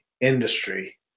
industry